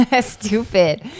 Stupid